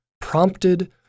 prompted